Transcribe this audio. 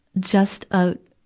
just a,